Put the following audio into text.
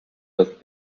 not